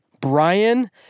Brian